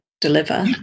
deliver